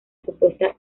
supuesta